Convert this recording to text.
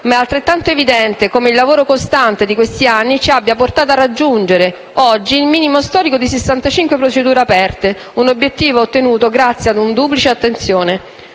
ma è altrettanto evidente come il lavoro costante degli ultimi anni ci abbia portato a raggiungere oggi il minimo storico di 65 procedure aperte. Si tratta di un obiettivo ottenuto grazie a una duplice attenzione: